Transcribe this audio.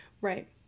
Right